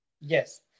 Yes